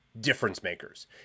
difference-makers